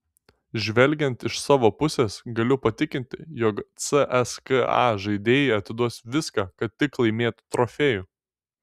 žvelgiant iš savo pusės galiu patikinti jog cska žaidėjai atiduos viską kad tik laimėtų trofėjų